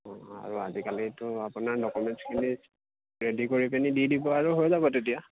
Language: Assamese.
অঁ আৰু আজিকালিতো আপোনাৰ ডকুমেন্টছখিনি ৰেডি কৰি পিনি দি দিব আৰু হৈ যাব তেতিয়া